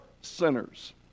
sinners